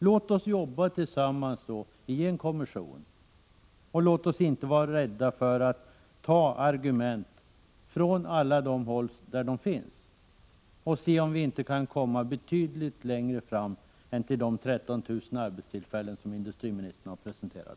Låt oss jobba tillsammans i en kommission och låt oss inte vara rädda för att ta vara på argument på alla de håll där sådana finns för att se om vi inte kan komma betydligt längre än till de 13 000 arbetstillfällen som industriministern har presenterat.